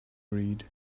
read